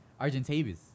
Argentavis